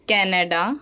Canada